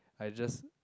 I just